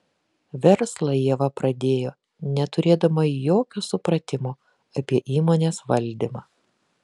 verslą ieva pradėjo neturėdama jokio supratimo apie įmonės valdymą